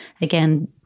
again